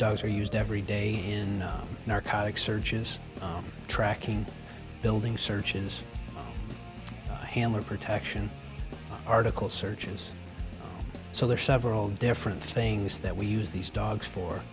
dogs are used every day in narcotics searches tracking building searches hammer protection article searches so there are several different things that we use these dogs for